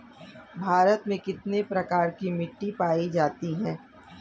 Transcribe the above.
भारत में कितने प्रकार की मिट्टी पाई जाती है?